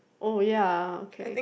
oh ya okay